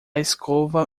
escova